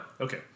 Okay